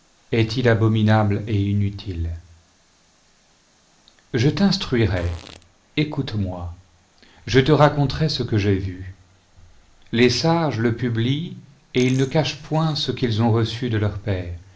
il abominable et inutile je t'instruirai écoute-moi je te raconterai ce que j'ai vu les sages le publient et ils ne cachent point ce qu'ils ont reçu de leurs pères